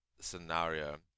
scenario